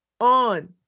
on